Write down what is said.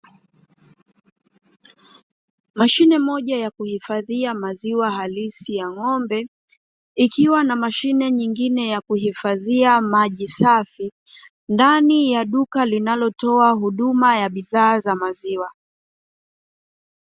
Mashine moja ya kuhifadhia maziwa halisi ya ng'ombe ikiwa na mashine nyingine ya kuhifadhia maji safi, ndani ya duka linalotoa huduma ya bidhaa za maziwa.